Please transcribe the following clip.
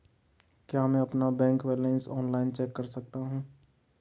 क्या मैं अपना बैंक बैलेंस ऑनलाइन चेक कर सकता हूँ?